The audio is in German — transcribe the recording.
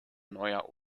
neuer